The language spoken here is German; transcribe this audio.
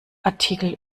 artikel